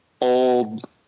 old